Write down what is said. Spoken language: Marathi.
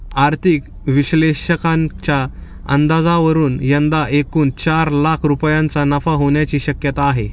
आर्थिक विश्लेषकांच्या अंदाजावरून यंदा एकूण चार लाख रुपयांचा नफा होण्याची शक्यता आहे